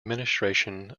administration